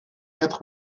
quatre